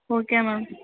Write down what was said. okay ma'am